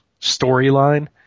storyline –